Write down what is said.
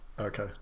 okay